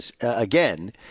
again